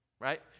Right